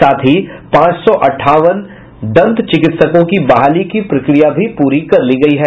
साथ ही पांच सौ अंठावन दंत चिकित्सकों की बहाली की प्रक्रिया भी पूरी कर ली गयी है